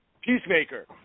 Peacemaker